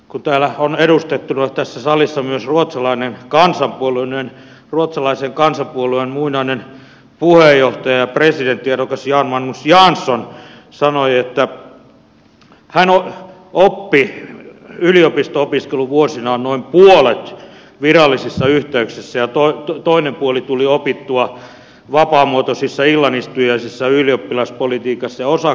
kun täällä tässä salissa on edustettuna myös ruotsalainen kansanpuolue niin ruotsalaisen kansanpuolueen muinainen puheenjohtaja ja presidenttiehdokas jan magnus jansson sanoi että hän oppi yliopisto opiskeluvuosinaan noin puolet virallisissa yhteyksissä ja toinen puoli tuli opittua vapaamuotoisissa illanistujaisissa ylioppilaspolitiikassa ja osakunnassa